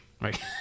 Right